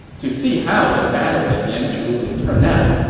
to see how the battle at mianzhu will turn out,